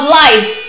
life